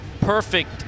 perfect